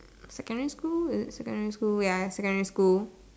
secondary school is it secondary school wait ah is secondary school